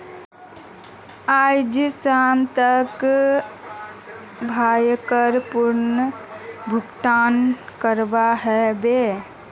आइज शाम तक बाइकर पूर्ण भुक्तान करवा ह बे